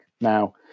now